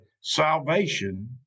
salvation